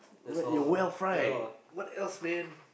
what your wealth right what else man